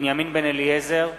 בנימין בן-אליעזר,